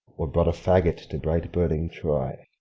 or brought a fagot to bright-burning troy?